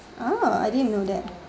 oh I didn't know that